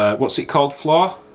ah what's it called floor?